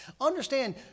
understand